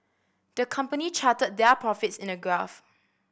the company charted their profits in a graph